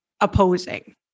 opposing